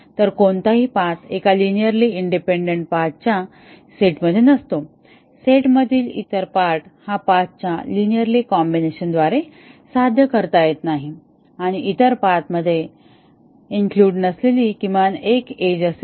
तर कोणताही पाथ एका लिनिअरली इंडिपेंडन्ट पाथ च्या सेट मध्ये नसतो सेटमधील इतर पार्ट हा पाथ च्या लिनिअरली कॉम्बिनेशन द्वारे साध्य करता येणार नाही आणि इतर पाथ मध्ये इन्क्ल्युड नसलेली किमान एक एज असेल